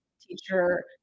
teacher